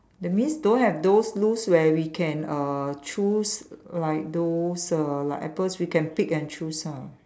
that means don't have those loose where we can err choose like those err like apples we can pick and choose ah